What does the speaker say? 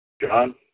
John